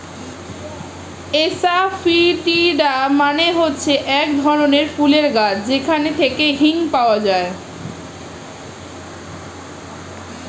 asafoetida মানে হচ্ছে এক ধরনের ফুলের গাছ যেখান থেকে হিং পাওয়া যায়